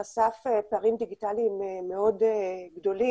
שנעשה בישראל ב-2015-2014 וחשף פערים דיגיטליים מאוד גדולים